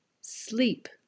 Sleep